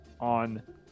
on